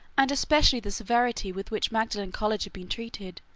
and especially the severity with which magdalene college had been treated,